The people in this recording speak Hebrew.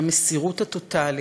מהמסירות הטוטלית,